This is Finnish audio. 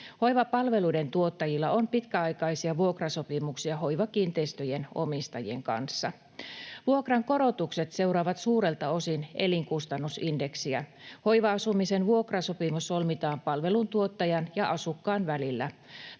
Hoivapalveluiden tuottajilla on pitkäaikaisia vuokrasopimuksia hoivakiinteistöjen omistajien kanssa. Vuokrankorotukset seuraavat suurelta osin elinkustannusindeksiä. Hoiva-asumisen vuokrasopimus solmitaan palveluntuottajan ja asukkaan välillä.